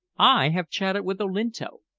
i have chatted with olinto.